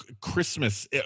Christmas